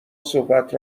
صحبت